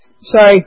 Sorry